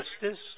justice